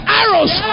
arrows